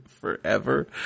forever